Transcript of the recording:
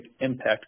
impact